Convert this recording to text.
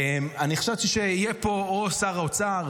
חשבתי שיהיה פה שר האוצר